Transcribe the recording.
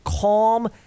calm